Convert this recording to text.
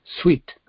sweet